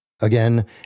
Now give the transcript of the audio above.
Again